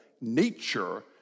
nature